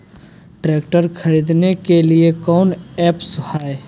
Tractor खरीदने के लिए कौन ऐप्स हाय?